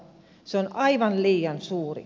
se on aivan liian suuri